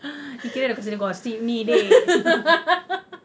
ni kira dah considered gossip ni dey